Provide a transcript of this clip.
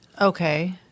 Okay